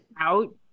out